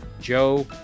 Joe